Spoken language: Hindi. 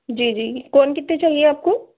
जी जी कौन कितने चाहिए आपको